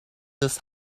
this